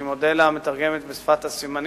אני מודה למתרגמת לשפת הסימנים.